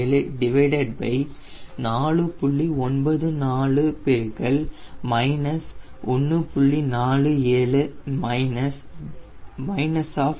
94 1